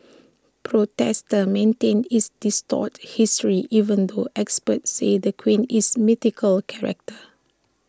protesters the maintain it's distorts history even though experts say the queen is mythical character